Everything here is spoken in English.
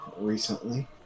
recently